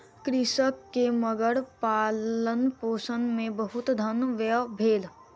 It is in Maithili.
कृषक के मगरक पालनपोषण मे बहुत धन व्यय भेल